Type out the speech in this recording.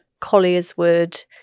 Collierswood